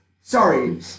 Sorry